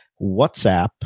WhatsApp